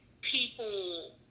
people